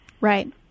Right